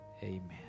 Amen